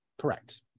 correct